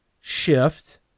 shift